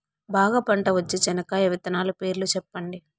బాగా పంట వచ్చే చెనక్కాయ విత్తనాలు పేర్లు సెప్పండి?